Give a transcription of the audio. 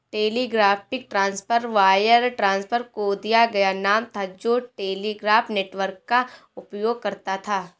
telegraphic transfer wire transfer को दिया गया नाम था जो टेलीग्राफ नेटवर्क का उपयोग करता था